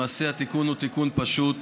למעשה, התיקון הוא תיקון פשוט,